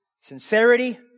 Sincerity